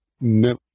No